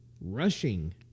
rushing